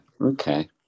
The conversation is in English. Okay